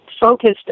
focused